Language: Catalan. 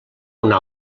una